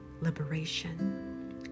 liberation